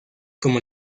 como